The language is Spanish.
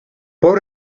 por